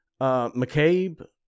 McCabe